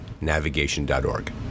navigation.org